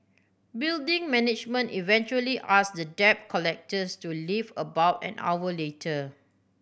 building management eventually asked the debt collectors to leave about an hour later